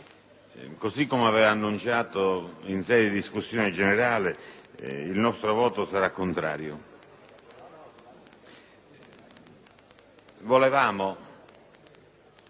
così come avevo annunciato in sede di discussione generale, il nostro voto sarà contrario.